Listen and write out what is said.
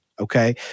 Okay